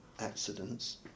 accidents